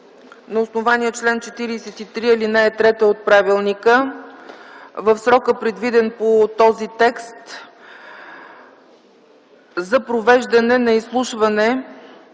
на основание чл. 43, ал. 3 от правилника в срока, предвиден по този текст – за провеждане на изслушване